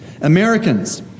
Americans